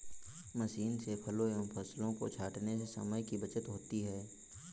machine से फलों एवं फसलों को छाँटने से समय की बचत होती है